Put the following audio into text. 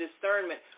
discernment